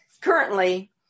currently